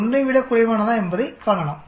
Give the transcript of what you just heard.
01 ஐ விடக் குறைவானதா என்பதைக் காணலாம்